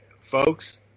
folks